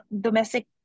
domestic